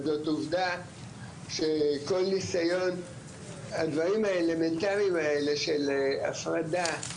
אבל זאת עובדה שכל ניסיון הדברים האלה האלמנטריים האלה של הפרדה,